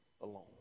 alone